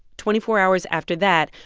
twenty-four hours after that,